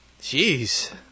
Jeez